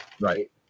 Right